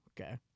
Okay